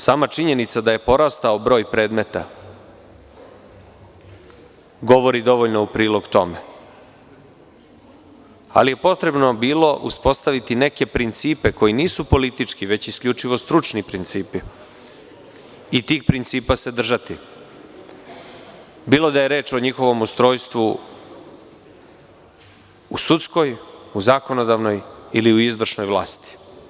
Sama činjenica da je porastao broj predmeta govori dovoljno u prilog tome, ali je potrebno bilo uspostaviti neke principe koji nisu politički, već isključivo stručni principi i tih principa se držati, bilo da je reč o njihovom ustrojstvu u sudskoj, u zakonodavnoj ili u izvršnoj vlasti.